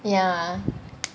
ya